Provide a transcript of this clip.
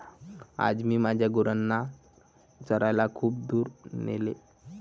आज मी माझ्या गुरांना चरायला खूप दूर नेले